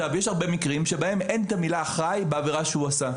יש הרבה מקרים בהם אין את המילה אחראי בעבירה שהוא עשה.